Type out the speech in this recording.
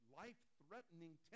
life-threatening